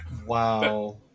Wow